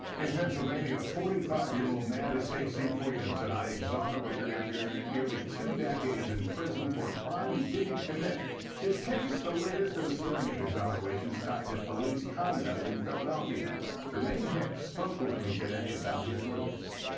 in pennsylvania, forty five year old man is tasting freedom tonight exonerated after nearly two decades in prison for a crime he didn't commit his case the latest in and a string of exonerations tied to police conduct in philadelphia termaine hicks spoke with me today about his release.